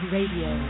Radio